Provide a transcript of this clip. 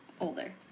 older